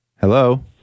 Hello